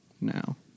now